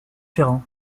ferrand